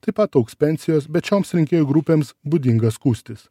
taip pat augs pensijos bet šioms rinkėjų grupėms būdinga skųstis